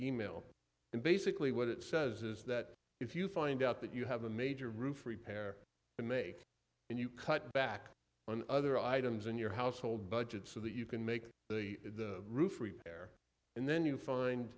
e mail and basically what it says is that if you find out that you have a major roof repair and make and you cut back on other items in your household budget so that you can make the roof repair and then you find